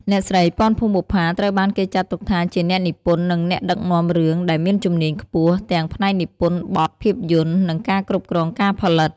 អ្នកស្រី ពាន់ ភួងបុប្ផា ត្រូវបានគេចាត់ទុកថាជាអ្នកនិពន្ធ និងអ្នកដឹកនាំរឿងដែលមានជំនាញខ្ពស់ ទាំងផ្នែកនិពន្ធបទភាពយន្ត និងការគ្រប់គ្រងការផលិត។